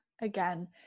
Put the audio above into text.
again